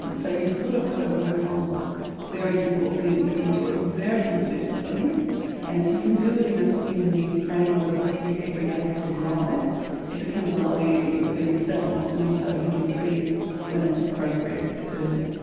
and so you've sort of got to work on very simple things and doing it very consistently and if you can do it in it in the framework of your everyday sort of life it becomes a lot easier for yourselves and also he can see when it's appropriate to do.